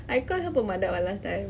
I call her pemadat [what] last time